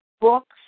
books